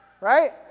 right